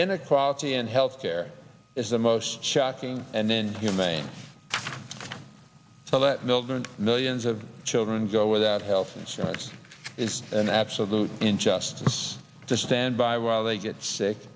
inequality in health care is the most shocking and then humane so that mildred millions of children go without health insurance is an absolute injustice to stand by while they get sick